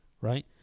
right